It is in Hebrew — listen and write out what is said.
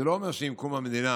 זה לא אומר, עם קום המדינה,